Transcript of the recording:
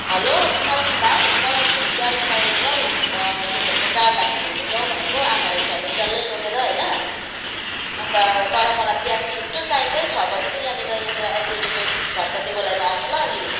hello Sachin भाइ मलाई भोलि गाडी चाहिएको छ हौ के भन्छ चारधाम घुम्नु जाउ भनेको आमाहरू फ्यामिली डल्लै लगेर होइन अन्त तर मलाई बिहान छिट्टो चाहिन्छ है छ बजी चाहिँ यहाँनिर यहाँनिर एचएलडी रोड फतफते गोलाइमा आउनु ल लिनु